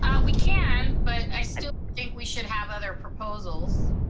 ah we can, but i still think we should have other proposals.